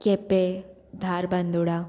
Quepem Dharbandora